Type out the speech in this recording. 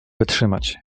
wytrzymać